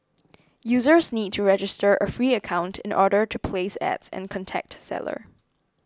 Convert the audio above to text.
users need to register a free account in order to place Ads and contact seller